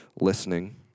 listening